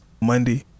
Monday